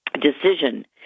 decision